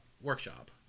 workshop